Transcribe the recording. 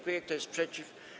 Kto jest przeciw?